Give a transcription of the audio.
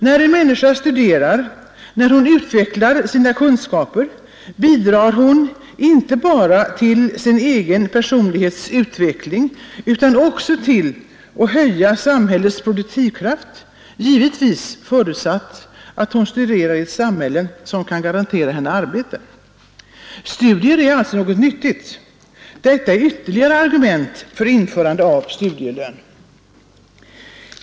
När en människa studerar och utvecklar sina kunskaper bidrar hon inte bara till sin egen personlighets utveckling utan också till att höja samhällets produktivkraft — givetvis förutsatt att hon studerar i ett samhälle som kan garantera henne arbete. Studier är alltså nyttiga. Detta är ytterligare ett argument för införande av studielön.